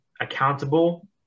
accountable